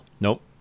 Nope